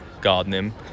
gardening